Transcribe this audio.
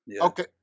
Okay